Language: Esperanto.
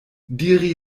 diri